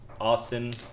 Austin